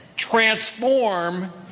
transform